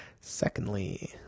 Secondly